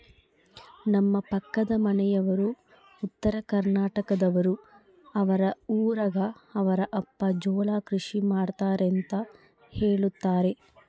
ನಮ್ಮ ಪಕ್ಕದ ಮನೆಯವರು ಉತ್ತರಕರ್ನಾಟಕದವರು, ಅವರ ಊರಗ ಅವರ ಅಪ್ಪ ಜೋಳ ಕೃಷಿ ಮಾಡ್ತಾರೆಂತ ಹೇಳುತ್ತಾರೆ